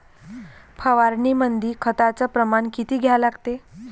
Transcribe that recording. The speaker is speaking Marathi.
फवारनीमंदी खताचं प्रमान किती घ्या लागते?